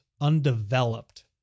undeveloped